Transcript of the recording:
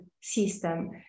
system